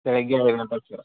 ಬೆಳಿಗ್ಗೆ